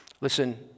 Listen